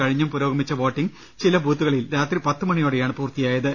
കഴിഞ്ഞും പുരോഗമിച്ച വോട്ടിങ് ചില ബൂത്തുകളിൽ രാത്രി പത്തുമണിയോടെ യാണ് പൂർത്തിയായത്